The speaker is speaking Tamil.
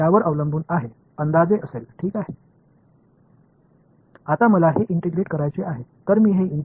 எனவே என்ன நடக்கும் என்று இதை நான் ஒருங்கிணைத்தால் இதை இங்கே உள்ளே வைக்கப் போகிறேன்